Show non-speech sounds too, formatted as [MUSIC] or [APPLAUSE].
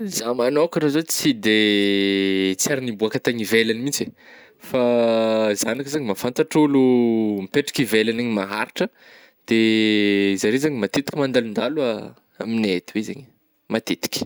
Zah manôkagna zao tsy de [HESITATION] tsary nibôaka tagny ivelagny mintsy fa zah ndraiky zany mahafantatr'ôlo mipetraky ivelagniny maharitra de zare zany matetika mandalondalo a-amignay aty to zegny, matetika.